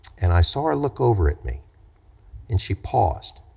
and i saw her look over at me and she paused,